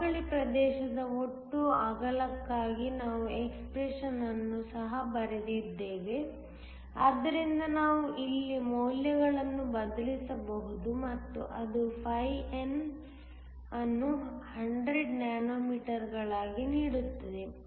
ಸವಕಳಿ ಪ್ರದೇಶದ ಒಟ್ಟು ಅಗಲಕ್ಕಾಗಿ ನಾವು ಎಕ್ಸ್ಪ್ರೆಶನ್ಯನ್ನು ಸಹ ಬರೆದಿದ್ದೇವೆ ಆದ್ದರಿಂದ ನಾವು ಇಲ್ಲಿ ಮೌಲ್ಯಗಳನ್ನು ಬದಲಿಸಬಹುದು ಮತ್ತು ಅದು φN ಅನ್ನು 100 ನ್ಯಾನೊಮೀಟರ್ಗಳಾಗಿ ನೀಡುತ್ತದೆ